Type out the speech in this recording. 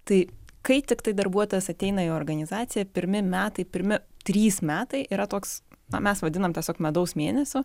tai kai tiktai darbuotojas ateina į organizaciją pirmi metai pirmi trys metai yra toks na mes vadinam tiesiog medaus mėnesiu